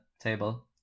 table